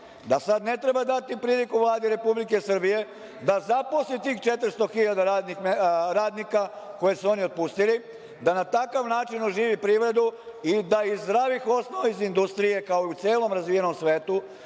da sad ne treba dati priliku Vladi Republike Srbije da zaposli tih 400 hiljada radnika koje su oni otpustili, da na takav način oživi privredu i da iz zdravih osnova iz industrije, kao u celom razvijenom svetu,